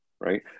right